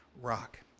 rock